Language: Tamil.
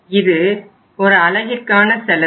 இது ஒரு அலகிற்கான செலவு